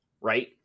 right